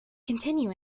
continue